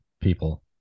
people